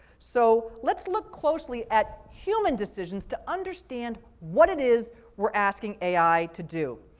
so let's look closely at human decisions to understand what it is we're asking ai to do.